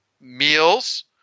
meals